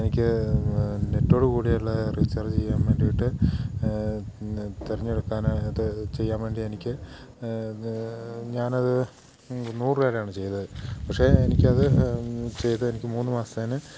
എനിക്ക് നെറ്റോട് കൂടിയുള്ള റീചാർജ് ചെയ്യാൻ വേണ്ടിയിട്ട് തെരഞ്ഞെടുക്കാൻ അത് ചെയ്യാൻ വേണ്ടി എനിക്ക് ഇത് ഞാനത് നൂറുരൂപയുടെയാണ് ചെയ്തത് പക്ഷെ എനിക്കത് ചെയ്ത് എനിക്ക് മൂന്ന് മാസത്തിന്